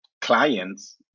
clients